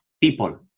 people